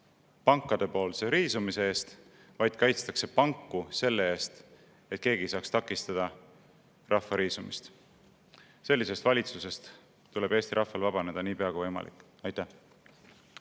pankadepoolse riisumise eest, vaid kaitstakse panku selle eest, et keegi ei saaks takistada neil rahva riisumist. Sellisest valitsusest tuleb Eesti rahval vabaneda niipea kui võimalik. Aitäh!